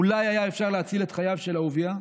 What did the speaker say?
אולי היה אפשר להציל את חייו של אהוביה.